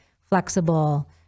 flexible